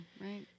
right